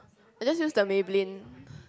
I just use the Maybelline